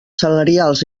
salarials